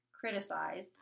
criticized